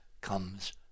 comes